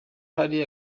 hari